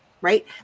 right